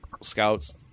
scouts